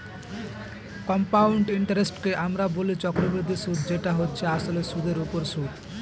compound ইন্টারেস্টকে আমরা বলি চক্রবৃদ্ধি সুদ যেটা হচ্ছে আসলে সুদের উপর সুদ